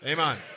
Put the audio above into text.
Amen